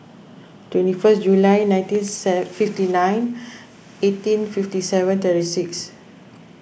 twenty first July nineteen fifty nine eighteen fifty seven thirty six